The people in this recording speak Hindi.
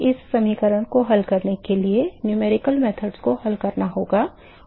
इस समीकरण को हल करने के लिए संख्यात्मक तरीकों को हल करना होगा